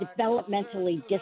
developmentally